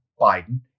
Biden